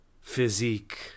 physique